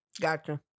Gotcha